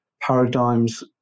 paradigms